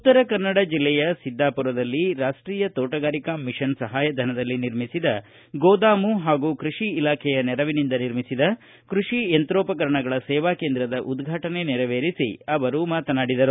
ಉತ್ತರಕನ್ನಡ ಜಿಲ್ಲೆಯ ಸಿದ್ದಾಪುರದಲ್ಲಿ ರಾಷ್ಷೀಯ ಕೋಟಗಾರಿಕಾ ಮಿಷನ್ ಸಹಾಯಧನದಲ್ಲಿ ನಿರ್ಮಿಸಿದ ಗೋದಾಮು ಹಾಗೂ ಕೃಷಿ ಇಲಾಖೆಯ ನೆರವಿನಿಂದ ನಿರ್ಮಿಸಿದ ಕೃಷಿ ಯಂತ್ರೋಪಕರಣಗಳ ಸೇವಾ ಕೇಂದ್ರದ ಉದ್ಘಾಟನೆ ನೆರವೇರಿಸಿ ಅವರು ಮಾತನಾಡಿದರು